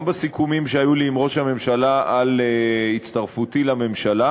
גם בסיכומים שהיו לי עם ראש הממשלה על הצטרפותי לממשלה